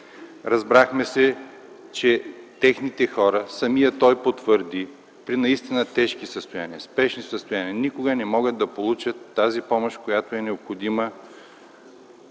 Разбрахме се, че техните хора, самият той потвърди, че при наистина тежки състояния, спешни състояния, никога не могат да получат тази помощ, която е необходима